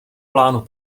plánu